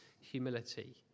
humility